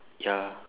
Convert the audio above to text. ya